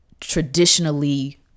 traditionally